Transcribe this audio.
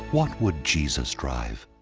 what would jesus drive?